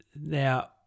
Now